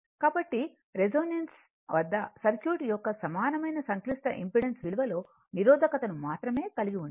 కాబట్టి రెసోనెన్స్ వద్ద సర్క్యూట్ యొక్క సమానమైన సంక్లిష్ట ఇంపెడెన్స్ విలువ లో నిరోధకతను మాత్రమే కలిగి ఉంటుంది